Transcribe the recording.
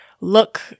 look